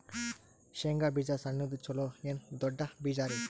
ಶೇಂಗಾ ಬೀಜ ಸಣ್ಣದು ಚಲೋ ಏನ್ ದೊಡ್ಡ ಬೀಜರಿ?